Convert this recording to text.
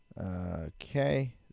okay